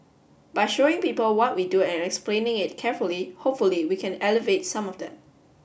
by showing people what we do and explaining it carefully hopefully we can alleviate some of that